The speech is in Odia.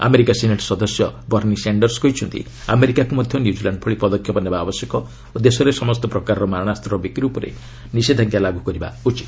ଆମେରିକା ସିନେଟ୍ ସଦସ୍ୟ ବର୍ଣ୍ଣ ସାଞ୍ଚର୍ସ କହିଛନ୍ତି ଆମେରିକାକୁ ମଧ୍ୟ ନ୍ୟୁଜିଲ୍ୟାଣ୍ଡ ଭଳି ପଦକ୍ଷେପ ନେବା ଆବଶ୍ୟକ ଓ ଦେଶରେ ସମସ୍ତ ପ୍ରକାରର ମାରଣାସ୍ତର ବିକ୍ରି ଉପରେ ନିଷେଧାଞ୍ଜା ଲାଗୁ କରିବା ଉଚିତ